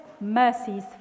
mercies